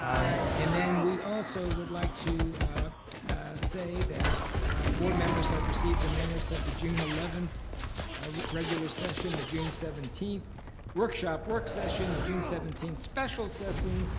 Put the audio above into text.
i. and then we also would like to say that board members have received the minutes of the june eleven regular session, the june seventeen workshop work session, the june seventeen special session,